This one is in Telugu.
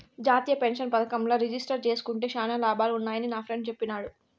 జాతీయ పెన్సన్ పదకంల రిజిస్టర్ జేస్కుంటే శానా లాభాలు వున్నాయని నాఫ్రెండ్ చెప్పిన్నాడు